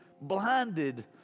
blinded